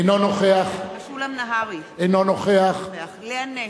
אינו נוכח משולם נהרי, אינו נוכח לאה נס,